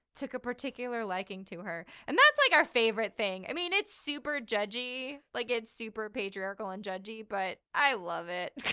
took a particular liking to her' and that's like our favorite thing. i mean it's super judge-y, like it's super patriarchal and judge-y, but i love it.